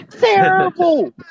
terrible